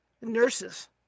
nurses